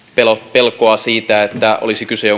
pelkoa siitä että olisi kyse